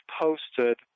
posted